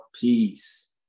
Peace